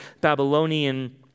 Babylonian